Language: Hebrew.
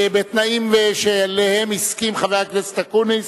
בתנאים שלהם הסכים חבר הכנסת אקוניס,